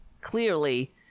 clearly